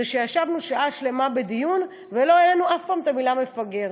זה שישבנו שעה שלמה בדיון ולא העלנו אף פעם אחת את המילה מפגר.